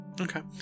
Okay